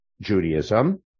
Judaism